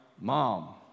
mom